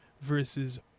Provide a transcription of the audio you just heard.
versus